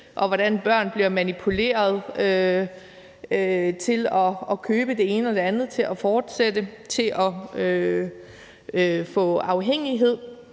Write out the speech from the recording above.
og hvordan børn bliver manipuleret til at købe det ene eller det andet til at fortsætte og blive afhængige.